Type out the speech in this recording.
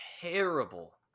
terrible